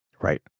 Right